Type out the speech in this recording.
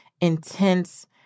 intense